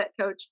coach